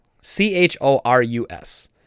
C-H-O-R-U-S